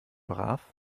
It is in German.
brav